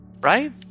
Right